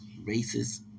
racist